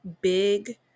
big